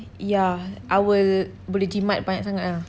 ya I will boleh jimat banyak sangat ah